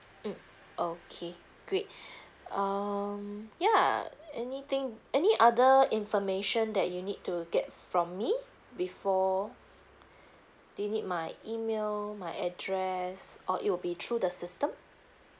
mm okay great um ya anything any other information that you need to get from me before do you need my email my address or it will be through the system